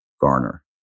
Garner